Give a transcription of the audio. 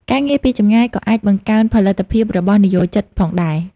ការងារពីចម្ងាយក៏អាច បង្កើនផលិតភាព របស់និយោជិតផងដែរ។